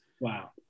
Wow